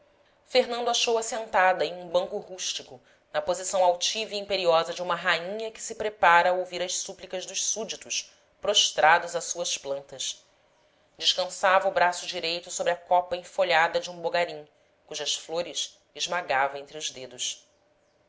liber dade fernando achou-a sentada em um banco rústico na posição altiva e imperiosa de uma rainha que se prepara a ouvir as súplicas dos súditos prostrados a suas plantas descansava o braço direito sobre a copa enfolhada de um bogarim cujas flores esmagava entre os dedos